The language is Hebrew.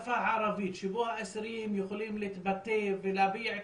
בשפה הערבית שבו האסירים יכולים להתבטא ולהביע את